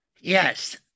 Yes